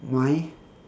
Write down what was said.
mine